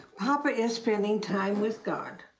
papa is spending time with god.